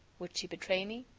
would she betray me?